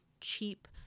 cheap